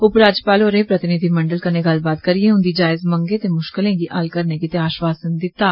उपराज्यपाल होरें प्रतिनिधिमंडल कन्नै गल्लबात करियें उन्दी जायज़ मंगें ते मुष्कलें गी हल करने गित्तै आष्वासन दित्ता